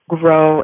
grow